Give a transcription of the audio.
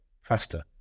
faster